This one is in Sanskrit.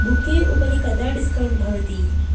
बुके उपरि कदा डिस्कौण्ट् भवति